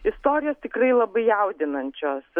istorijos tikrai labai jaudinančios